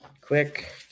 quick